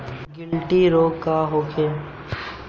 गिल्टी रोग का होखे?